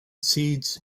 seeds